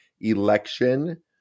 election